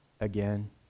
again